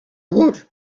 woot